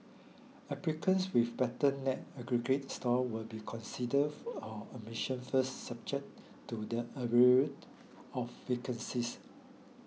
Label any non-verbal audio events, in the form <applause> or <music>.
applicants with better net aggregate score will be considered for admission first subject to the <unintelligible> of vacancies